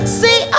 see